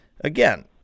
Again